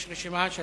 יש רשימה של